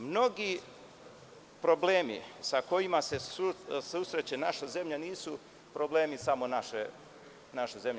Mnogi problemi sa kojima se susreće naša zemlja nisu problemi samo naše zemlje.